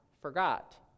forgot